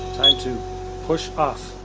time to push off.